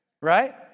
right